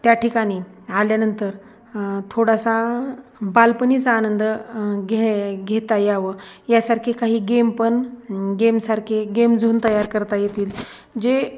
त्या ठिकाणी आल्यानंतर थोडासा बालपणीचा आनंद घे घेता यावं यासारखे काही गेमपण गेमसारखे गेम झोन तयार करता येतील जे